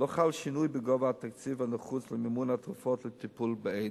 לא חל שינוי בגובה התקציב הנחוץ למימון התרופות לטיפול באיידס.